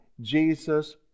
Jesus